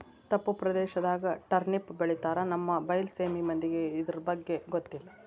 ತಪ್ಪು ಪ್ರದೇಶದಾಗ ಟರ್ನಿಪ್ ಬೆಳಿತಾರ ನಮ್ಮ ಬೈಲಸೇಮಿ ಮಂದಿಗೆ ಇರ್ದಬಗ್ಗೆ ಗೊತ್ತಿಲ್ಲ